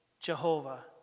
Jehovah